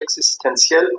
existenziell